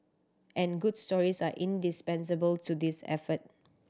and good stories are indispensable to this effort